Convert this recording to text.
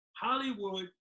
Hollywood